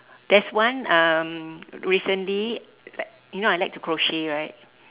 there's one um recently like you know I like to crochet right